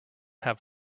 have